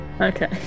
Okay